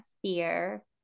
fear